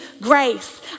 Grace